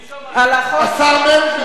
השר מרגי.